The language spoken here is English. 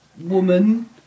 woman